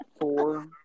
four